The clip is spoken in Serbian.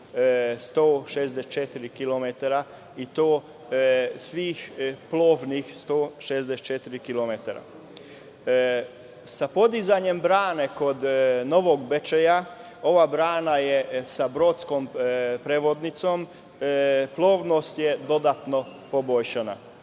i to svih plovnih 164 kilometra. Sa podizanjem brane kod Novog Bečeja, ova brana je sa brodskom prevodnicom, plovnost je dodatno poboljšana.